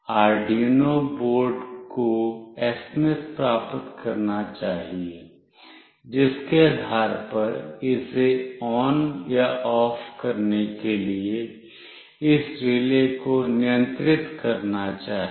Arduino board को SMS प्राप्त करना चाहिए जिसके आधार पर इसे ON या OFF करने के लिए इस रिले को नियंत्रित करना चाहिए